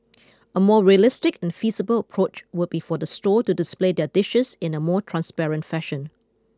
a more realistic and feasible approach would be for the stall to display their dishes in a more transparent fashion